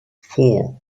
four